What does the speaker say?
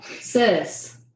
sis